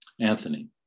Anthony